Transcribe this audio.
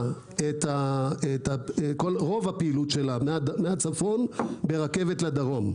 את רוב הפעילות שלה מהצפון ברכבת לדרום.